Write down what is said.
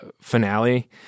finale